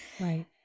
Right